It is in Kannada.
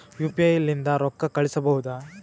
ಯು.ಪಿ.ಐ ಲಿಂದ ರೊಕ್ಕ ಕಳಿಸಬಹುದಾ?